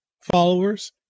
followers